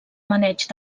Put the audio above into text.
maneig